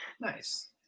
Nice